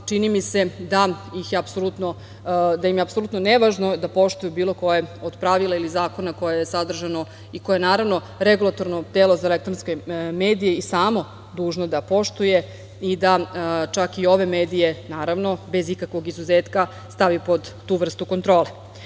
čini mi se da im je apsolutno nevažno da poštuju bilo koje od pravila ili zakona koje je sadržano i koje je naravno Regulatorno telo za elektronske medije i samo dužno da poštuje i da čak i ove medije, naravno, bez ikakvog izuzetka stavi pod tu vrstu kontrole. Dakle,